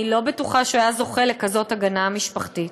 אני לא בטוחה שהוא היה זוכה לכזאת הגנה משפחתית.